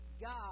God